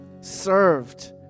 served